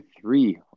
three